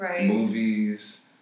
movies